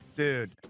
Dude